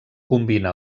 combina